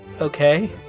Okay